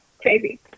crazy